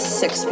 six